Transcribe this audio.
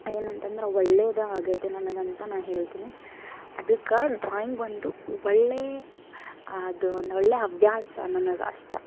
ಏನಂತಂದ್ರ ಒಳ್ಳೆಯದ ಆಗತ್ತ ನನಗೆ ಅಂತ ನಾ ಹೇಳ್ತೀನಿ ಅದಕ್ಕೆ ಡ್ರಾಯಿಂಗ್ ಒಂದು ಒಳ್ಳೆಯ ಅದು ಒಂದೊಳ್ಳೆಯ ಹವ್ಯಾಸ ನನಗೆ ಅಷ್ಟೆ